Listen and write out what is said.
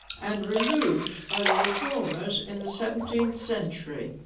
and removed by the reformers in the seventeenth century